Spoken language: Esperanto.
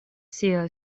siaj